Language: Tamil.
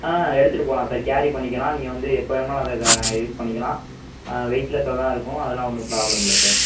ஆ எடுத்துகிட்டுப் போகலாம் சார் கேரி பண்ணிக்கலாம் நீங்கள் வந்து எப்போ வேணுனாலும் அதை இதை யூஸ் பண்ணிக்கலாம் வெயிட் லெஸ்ஸாகதான் இருக்கும் அதெல்லாம் ஒன்றும் பிராப்ளம் இல்லை சார்